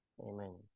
Amen